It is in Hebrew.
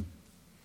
חס ושלום.